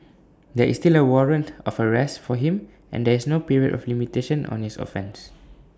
there is still A warrant of arrest for him and there is no period of limitation on his offence